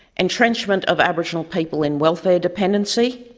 entrenchment of aboriginal people in welfare dependency